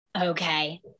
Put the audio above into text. Okay